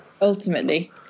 Ultimately